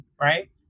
right